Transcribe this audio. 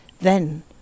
Then